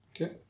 Okay